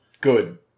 good